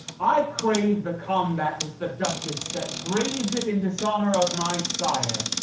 i crave the combat with the duchess that braves it in dishonor of my sire.